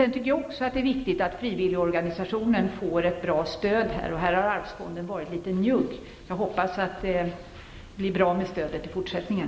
Sedan tycker jag att det är värdefullt att frivilligorganisationer får ett bra stöd. Här har arbetslivsfonden varit litet njugg. Men jag hoppas att det blir ett bra stöd i fortsättningen.